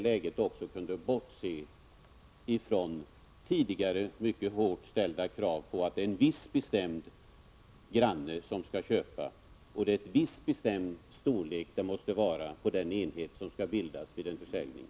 Man borde kunna bortse från tidigare mycket hårt ställda krav på att en viss bestämd granne skall köpa och att det måste vara en viss bestämd storlek på den enhet som skall bildas vid en försäljning.